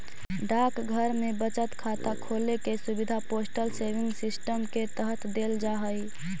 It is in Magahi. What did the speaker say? डाकघर में बचत खाता खोले के सुविधा पोस्टल सेविंग सिस्टम के तहत देल जा हइ